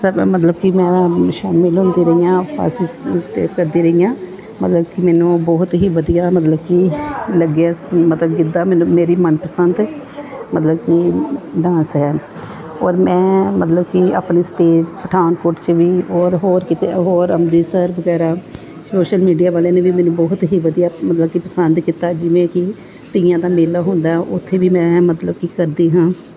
ਸਾਨੂੰ ਮਤਲਬ ਕਿ ਮੈਂ ਸ਼ਾਮਿਲ ਹੁੰਦੀ ਰਹੀ ਹਾਂ 'ਤੇ ਕਰਦੀ ਰਹੀ ਹਾਂ ਮਤਲਬ ਕਿ ਮੈਨੂੰ ਬਹੁਤ ਹੀ ਵਧੀਆ ਮਤਲਬ ਕਿ ਲੱਗਿਆ ਮਤਲਬ ਗਿੱਧਾ ਮੈਨੂੰ ਮੇਰੀ ਮੰਨਪਸੰਦ ਮਤਲਬ ਕਿ ਡਾਂਸ ਹੈ ਔਰ ਮੈਂ ਮਤਲਬ ਕਿ ਆਪਣੀ ਸਟੇਜ ਪਠਾਨਕੋਟ 'ਚ ਵੀ ਔਰ ਹੋਰ ਕਿਤੇ ਹੋਰ ਅਮ੍ਰਿਤਸਰ ਵਗੈਰਾ ਸ਼ੋਸ਼ਲ ਮੀਡੀਆ ਵਾਲਿਆਂ ਨੇ ਵੀ ਮੈਨੂੰ ਬਹੁਤ ਹੀ ਵਧੀਆ ਮਤਲਬ ਕਿ ਪਸੰਦ ਕੀਤਾ ਜਿਵੇਂ ਕਿ ਤੀਆਂ ਦਾ ਮੇਲਾ ਹੁੰਦਾ ਉੱਥੇ ਵੀ ਮੈਂ ਮਤਲਬ ਕਿ ਕਰਦੀ ਹਾਂ